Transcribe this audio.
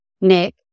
Nick